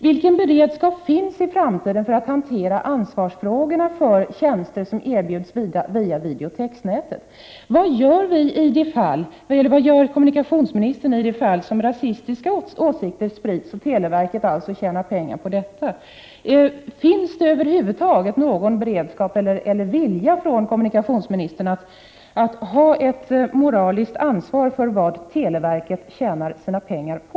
Vilken beredskap finns i framtiden för att man skall kunna hantera ansvarsfrågorna när det gäller tjänster som erbjuds via videotexnätet? Vad gör kommunikationsministern om rasistiska åsikter sprids och televerket alltså tjänar pengar på detta? Finns det över huvud taget någon beredskap och någon vilja från kommunikationsministerns sida att ta ett moraliskt ansvar för vad televerket tjänar sina pengar på.